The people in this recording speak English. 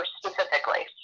specifically